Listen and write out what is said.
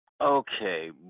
Okay